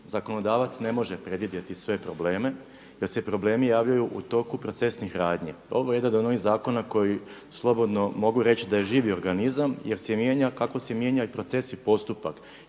zakonodavac ne može predvidjeti sve probleme jer se problemi javljaju u toku procesnih radnji. Ovo je jedan od onih zakona koji slobodno mogu reći da je živi organizam jer se mijenja kako se mijenja i proces i postupak